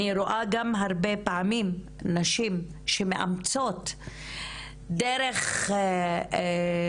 אני רואה גם הרבה פעמים נשים שמאמצות דרך מאוד